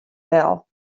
del